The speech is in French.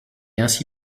ainsi